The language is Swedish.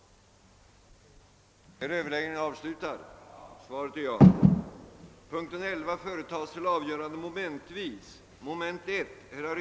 För egna angelägenheters ordnande får jag härmed anhålla om ledighet från